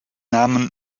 namen